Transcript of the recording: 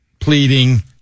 pleading